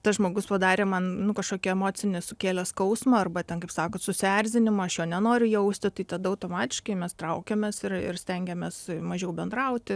tas žmogus padarė man nu kažkokį emocinį sukėlė skausmą arba ten kaip sakot susierzinimą aš jo nenoriu jausti tai tada automatiškai mes traukiamės ir ir stengiamės mažiau bendraut